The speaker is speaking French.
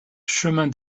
chemin